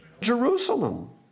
Jerusalem